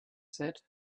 said